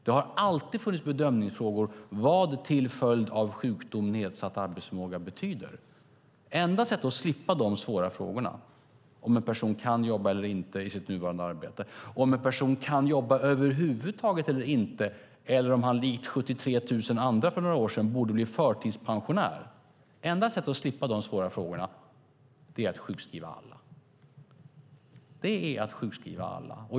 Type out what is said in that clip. Det har alltid funnits bedömningsfrågor om vad nedsatt arbetsförmåga "till följd av sjukdom" betyder. Kan en person utföra sitt nuvarande arbete eller inte? Kan en person jobba över huvud taget, eller borde hon, likt 73 000 andra för några år sedan, bli förtidspensionär? Det enda sättet att slippa dessa svåra frågor är att sjukskriva alla.